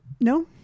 No